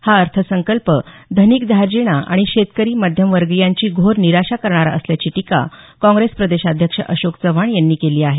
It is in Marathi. हा अर्थसंकल्प धनिक धार्जिणा आणि शेतकरी मध्यम वर्गियांची घोर निराशा करणारा असल्याची टीका काँगेस प्रदेशाध्यक्ष अशोक चव्हाण यांनी केली आहे